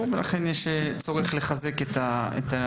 ברור, לכן יש צורך לחזק את הלמידה.